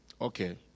Okay